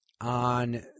on